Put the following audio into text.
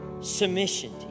submission